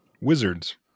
Wizards